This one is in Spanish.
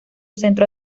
centro